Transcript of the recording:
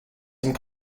some